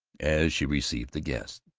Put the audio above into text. as she received the guests.